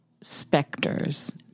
specters